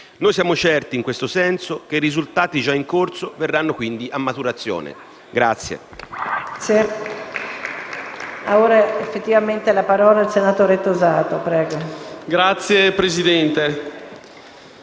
Noi siamo certi, in questo senso, che i risultati già in corso verranno quindi a maturazione.